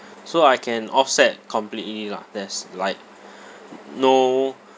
so I can offset completely lah there's like no